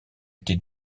été